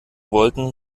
wollten